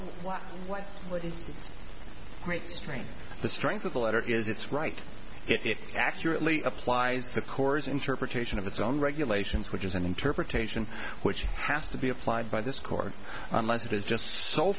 what what the instance great strain the strength of the letter is it's right it accurately applies the corps interpretation of its own regulations which is an interpretation which has to be applied by this court unless it is just so